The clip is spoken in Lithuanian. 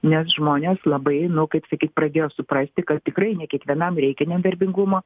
nes žmonės labai nu kaip sakyt pradėjo suprasti kad tikrai ne kiekvienam reikia nedarbingumo